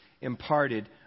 imparted